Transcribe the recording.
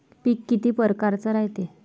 पिकं किती परकारचे रायते?